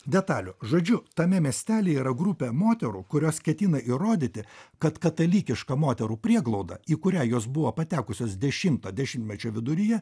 detalių žodžiu tame miestely yra grupė moterų kurios ketina įrodyti kad katalikiška moterų prieglauda į kurią jos buvo patekusios dešimto dešimtmečio viduryje